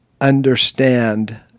understand